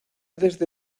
desde